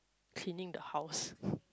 cleaning the house